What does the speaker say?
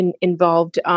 involved